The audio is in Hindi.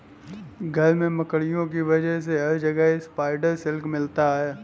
घर में मकड़ियों की वजह से हर जगह स्पाइडर सिल्क मिलता है